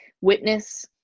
Witness